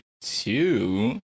two